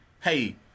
hey